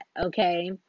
okay